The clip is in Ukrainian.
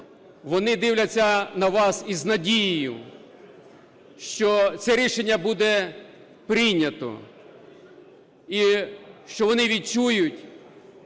Вони дивляться на вас із надією, що це рішення буде прийнято. І що вони відчують,